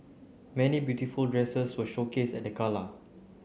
many beautiful dresses were showcased at the gala